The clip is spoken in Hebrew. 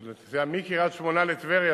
כשאתה נוסע מקריית-שמונה לטבריה,